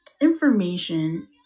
Information